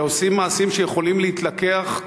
שעושים מעשים שיכולים להתלקח,